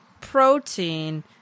protein